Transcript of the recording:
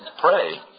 pray